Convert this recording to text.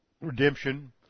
redemption